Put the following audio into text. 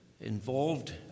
involved